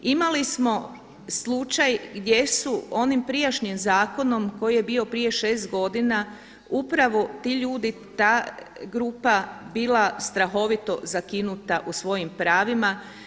Imali smo slučaj gdje su onim prijašnjim zakonom koji je bio prije šest godina upravo ti ljudi, ta grupa bila strahovito zakinuta u svojim pravima.